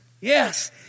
Yes